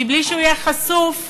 בלי שהוא יהיה חשוף לאיומים,